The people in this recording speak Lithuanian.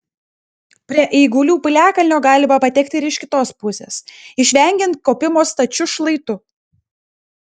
prie eigulių piliakalnio galima patekti ir iš kitos pusės išvengiant kopimo stačiu šlaitu